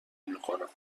میکنم